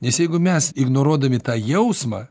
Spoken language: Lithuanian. nes jeigu mes ignoruodami tą jausmą